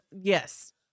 Yes